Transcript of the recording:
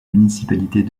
municipalités